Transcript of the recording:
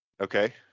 Okay